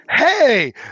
Hey